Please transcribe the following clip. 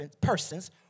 persons